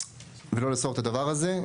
לא לאסור את הדבר הזה.